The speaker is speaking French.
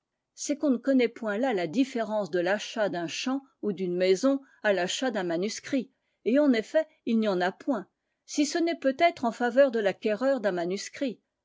c'est qu'on ne connaît point là la différence de l'achat d'un champ ou d'une maison à l'achat d'un manuscrit et en effet il n'y en a point si ce n'est peut-être en faveur de l'acquéreur d'un manuscrit